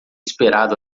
esperado